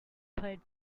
played